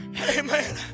Amen